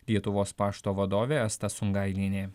lietuvos pašto vadovė asta sungailienė